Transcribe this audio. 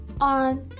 on